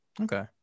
Okay